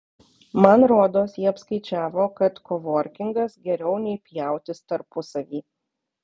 man rodos jie apskaičiavo kad kovorkingas geriau nei pjautis tarpusavy